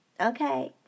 okay